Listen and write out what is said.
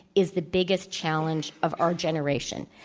is the biggest challenge of our generation.